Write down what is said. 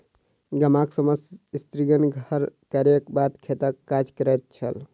गामक समस्त स्त्रीगण घर कार्यक बाद खेतक काज करैत छल